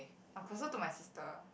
I'm closer to my sister